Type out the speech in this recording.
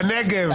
בנגב.